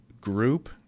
group